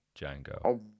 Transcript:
Django